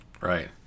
right